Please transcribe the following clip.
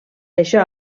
això